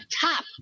top